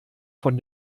von